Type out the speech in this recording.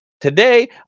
today